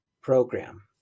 program